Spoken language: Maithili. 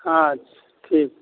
अच्छा ठीक